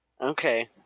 Okay